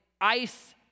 ice-